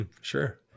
Sure